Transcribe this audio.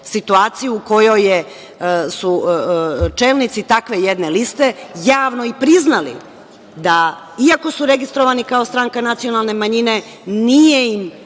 situaciji u kojoj su čelnici jedne takve liste, javno priznali da, i ako su registrovani kao stranka nacionalne manjine, nije im